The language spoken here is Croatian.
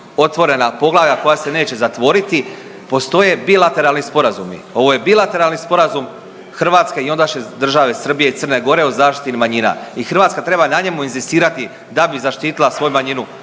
otvorena poglavlja koja se neće zatvoriti postoje bilateralni sporazumi. Ovo je bilateralni sporazum Hrvatske i ondašnje države Srbije i Crne Gore o zaštiti manjina i Hrvatska treba na njemu inzistirati da bi zaštitila svoju manjinu.